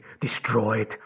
destroyed